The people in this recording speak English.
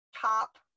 top